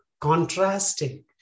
contrasting